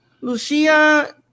Lucia